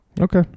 Okay